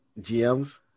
GMs